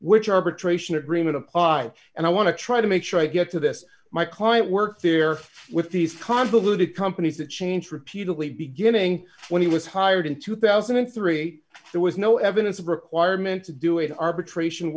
which arbitration agreement apply and i want to try to make sure i get to this my client workfare with these convoluted companies that change repeatedly beginning when he was hired in two thousand and three there was no evidence of requirement to do it arbitration